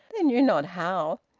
they knew not how!